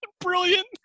Brilliant